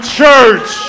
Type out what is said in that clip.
church